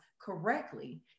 correctly